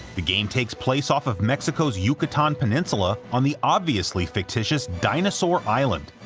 the game takes place off of mexico's yucatan peninsula on the obviously fictitious dinosaur island,